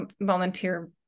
volunteer